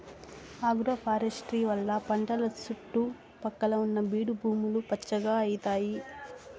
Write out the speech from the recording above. agroforestry వల్ల పంటల సుట్టు పక్కల ఉన్న బీడు భూములు పచ్చగా అయితాయి